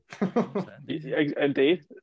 Indeed